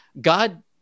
God